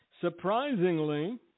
Surprisingly